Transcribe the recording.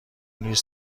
نیز